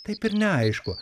taip ir neaišku